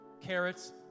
carrots